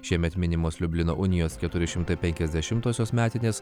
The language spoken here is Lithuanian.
šiemet minimos liublino unijos keturi šimtai penkiasdešimtosios metinės